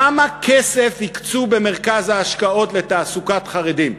כמה כסף הקצו במרכז ההשקעות לתעסוקת חרדים?